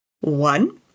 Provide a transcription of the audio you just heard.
One